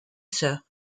sœurs